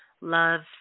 love